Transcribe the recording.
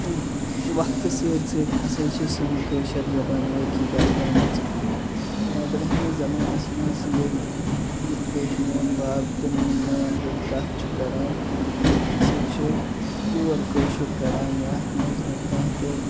وَقتَس سۭتۍ سۭتۍ ہسا چھےٚ سٲنۍ کٲشِر زبان وٲقعی بَدلیمٕژ برٛونٛمہِ زمانَس منٛز ییٚلہِ یِتھٕ پٲٹھۍ میٛون بَب تہٕ میٛٲنۍ نانۍ ییٚلہِ کَتھ چھُ کَران تِم ہسا چھِ پیٛور کٲشُر کَران یَتھ منٛز نہٕ کانٛہہ تہِ